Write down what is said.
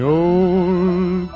old